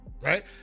right